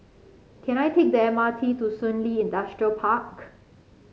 can I take the M R T to Shun Li Industrial Park